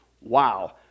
wow